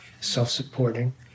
self-supporting